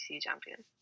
champion